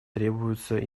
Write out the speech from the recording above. требуется